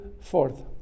fourth